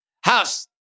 House